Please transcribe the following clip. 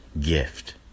gift